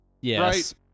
Yes